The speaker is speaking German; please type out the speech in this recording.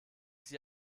sie